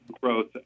growth